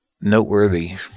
noteworthy